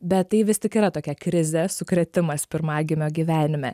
bet tai vis tik yra tokia krizė sukrėtimas pirmagimio gyvenime